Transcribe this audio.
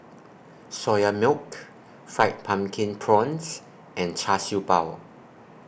Soya Milk Fried Pumpkin Prawns and Char Siew Bao